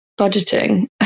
budgeting